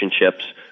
relationships